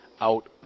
out